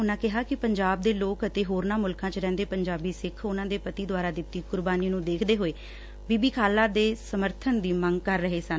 ਉਨਾਂ ਕਿਹਾ ਕਿ ਪੰਜਾਬ ਦੇ ਲੋਕ ਅਤੇ ਹੋਰਨਾਂ ਮੁਲਕਾਂ ਵਿਚ ਰਹਿਂਦੇ ਪੰਜਾਬੀ ਸਿੱਖਾਂ ਉਨਾਂ ਦੇ ਪਤੀ ਦੁਆਰਾ ਦਿੱਤੀ ਕੁਰਬਾਨੀ ਨੂੰ ਦੇਖਦੇ ਹੋਏ ਬੀਬੀ ਖਾਲੜਾ ਦੇ ਸਮਰਥਨ ਦੀ ਮੰਗ ਕਰ ਰਹੇ ਸਨ